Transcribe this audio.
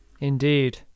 Indeed